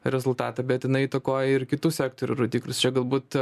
rezultatą bet jinai įtakoja ir kitų sektorių rodiklius čia galbūt